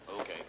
Okay